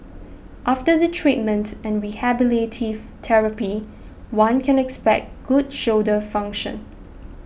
after the treatment and rehabilitative therapy one can expect good shoulder function